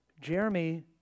Jeremy